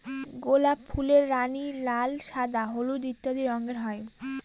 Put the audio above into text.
গোলাপ ফুলের রানী, লাল, সাদা, হলুদ ইত্যাদি রঙের হয়